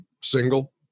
single